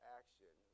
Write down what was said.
action